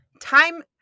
Time